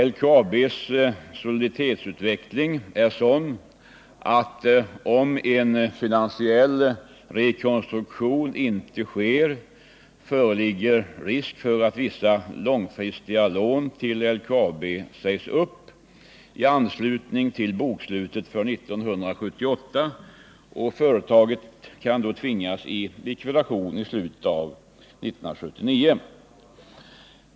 LKAB:s soliditetsutveckling är sådan att om en finansiell rekonstruktion inte sker föreligger risk för att vissa långfristiga lån till LKAB sägs upp i anslutning till bokslutet för 1978, och företaget kan då tvingas i likvidation i slutet av år 1979.